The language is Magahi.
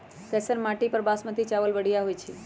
कैसन माटी पर बासमती चावल बढ़िया होई छई?